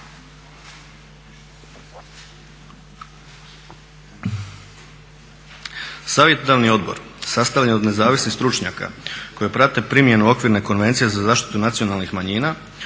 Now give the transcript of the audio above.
Savjetodavni odbor sastavljen od nezavisnih stručnjaka koji prate primjenu Okvirne konvencije za zaštitu nacionalnih manjina